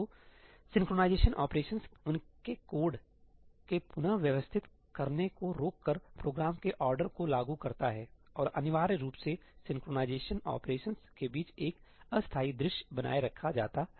तो synchronisation operations उनके code के पुन व्यवस्थित करने को रोककर प्रोग्राम के ऑर्डर को लागू करता हैसही और अनिवार्य रूप से सिंक्रनाइज़ेशन ऑपरेशंस के बीच एक अस्थायी दृश्य बनाए रखा जाता है